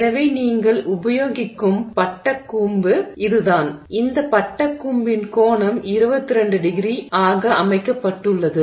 எனவே நீங்கள் உபயோகிக்கும் பயன்படுத்தும் பட்டைக்கூம்பு இது தான் இந்த பட்டைக்கூம்பின் கோணம் 22º ஆக அமைக்கப்பட்டுள்ளது